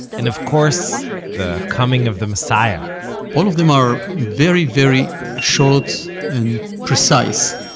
and of course the coming of the messiah all of them are very very short and precise.